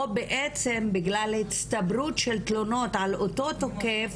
או בעצם בגלל שזה תלונות על אותו תוקף